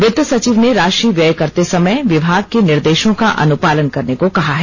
वित्त सचिव ने राशि व्यय करते समय विभाग के निर्देशों का अनुपालन करने को कहा है